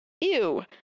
Ew